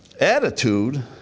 Attitude